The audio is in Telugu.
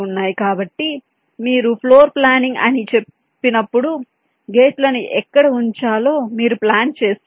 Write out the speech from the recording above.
కాబట్టి మీరు ఫ్లోర్ ప్లానింగ్ అని చెప్పినప్పుడు గేట్లను ఎక్కడ ఉంచాలో మీరు ప్లాన్ చేస్తున్నారు